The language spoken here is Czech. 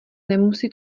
nemusí